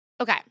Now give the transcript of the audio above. Okay